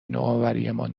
نوآوریمان